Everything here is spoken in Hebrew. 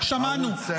שמענו.